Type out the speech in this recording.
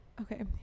Okay